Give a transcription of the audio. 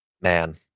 man